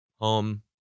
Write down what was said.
home